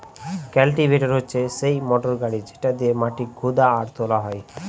cultivator হচ্ছে সেই motor গাড়ি যেটা দিয়েক মাটি খুদা আর তোলা হয়